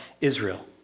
Israel